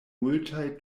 multaj